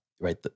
right